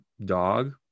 dog